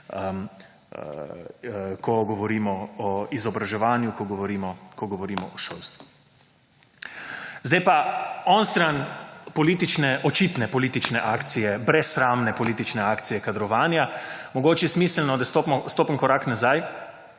ko govorimo o izobraževanju, ki govorimo o šolstvu. Sedaj pa onstran politične očitne akcije, brezsramne politične akcije kadrovanja mogoče je smiselno, da stopim korak nazaj